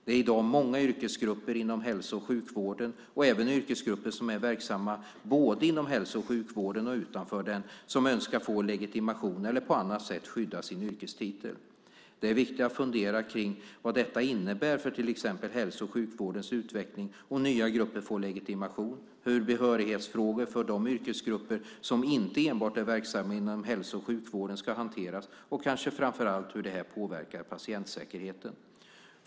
Det är i dag många yrkesgrupper inom hälso och sjukvården och även yrkesgrupper som är verksamma både inom hälso och sjukvården och utanför den som önskar få legitimation eller på annat sätt skydda sin yrkestitel. Det är viktigt att fundera på vad det innebär för till exempel hälso och sjukvårdens utveckling om nya grupper får legitimation, hur behörighetsfrågor för de yrkesgrupper som inte enbart är verksamma inom hälso och sjukvården ska hanteras och kanske framför allt hur det här påverkar patientsäkerheten.